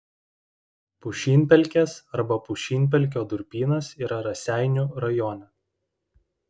pušynpelkės arba pušynpelkio durpynas yra raseinių rajone